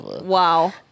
Wow